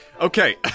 Okay